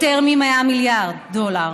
יותר מ-100 מיליארד דולר,